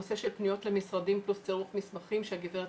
הנושא של פניות למשרדים פלוס צירוף מסמכים שהגברת